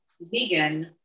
vegan